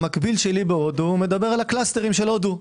המקביל שלי בהודו מדבר על הקלסטרים של הודו.